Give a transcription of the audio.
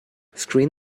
screen